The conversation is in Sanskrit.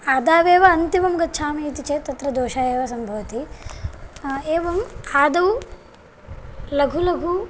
आदावेव अन्तिमं गच्छामि इति चेत् तत्र दोषः एव सम्भवति एवम् आदौ लघु लघु